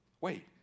wait